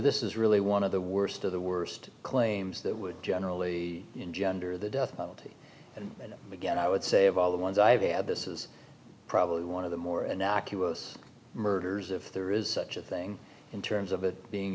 this is really one of the worst of the worst claims that would generally engender the death penalty and again i would say of all the ones i've had this is probably one of the more a knock us murders if there is such a thing in terms of it being